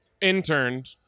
interned